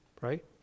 Right